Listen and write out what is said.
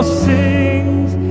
sings